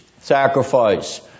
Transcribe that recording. sacrifice